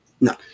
No